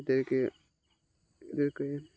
এদেরকে এদেরকে